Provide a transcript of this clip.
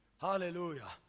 Hallelujah